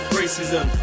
racism